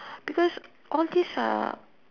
because all this are